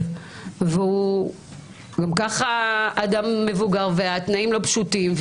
והוא גם ככה אדם מבוגר והתנאים לא פשוטים,